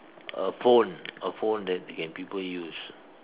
a phone a phone that can people use